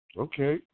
Okay